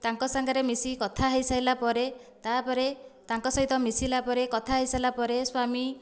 ତାଙ୍କ ସାଙ୍ଗରେ ମିଶିକି କଥା ହୋଇସରିଲା ପରେ ତା'ପରେ ତାଙ୍କ ସହିତ ମିଶିଲା ପରେ କଥା ହୋଇସାରିଲା ପରେ ସ୍ଵାମୀ